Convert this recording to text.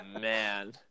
man